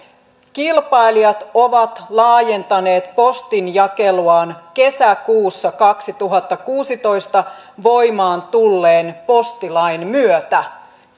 kilpailijat ovat laajentaneet postinjakeluaan kesäkuussa kaksituhattakuusitoista voimaan tulleen postilain myötä